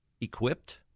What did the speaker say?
equipped